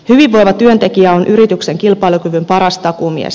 hyvinvoiva työntekijä on yrityksen kilpailukyvyn paras takuumies